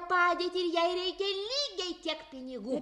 padėtį ir jai reikia lygiai tiek pinigų